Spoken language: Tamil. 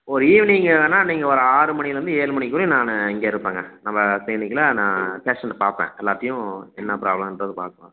ஒரு ஈவினிங்கில் வேணா நீங்கள் ஒரு ஆறு மணிலேருந்து ஏழு மணி வரைக்கும் நான் இங்கே இருப்பேங்க நம்ப கிளீனிக்கில் நான் பேஷண்ட்டை பார்ப்பேன் எல்லார்டையும் என்ன பிராப்ளம்ன்றதை பார்ப்பேன்